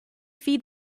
feed